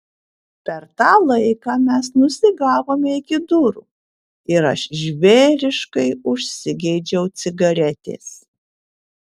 per tą laiką mes nusigavome iki durų ir aš žvėriškai užsigeidžiau cigaretės